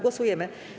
Głosujemy.